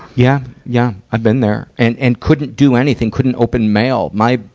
yeah, yeah. i've been there. and, and couldn't do anything. couldn't open mail. my,